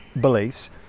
beliefs